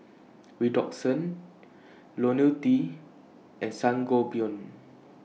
Redoxon Ionil T and Sangobion